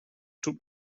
tut